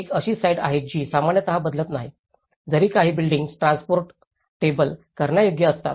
एक अशी साइट आहे जी सामान्यतः बदलत नाही जरी काही बिल्डींग्स ट्रान्सपोर्टबल करण्यायोग्य असतात